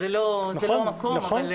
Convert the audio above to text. זה לא המקום אבל